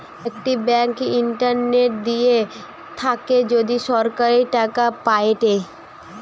একটি bank internet দিয়ে থাকে যদি সরাসরি টাকা পায়েটে